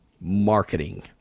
Marketing